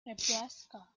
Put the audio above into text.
nebraska